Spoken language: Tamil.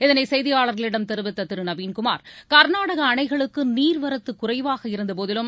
இதனை செய்தியாளர்களிடம் தெரிவித்த திரு நவீன்குமார் கர்நாடக அணைகளுக்கு நீர்வரத்து குறைவாக இருந்தபோதிலும்